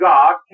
God